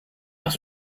pas